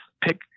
pick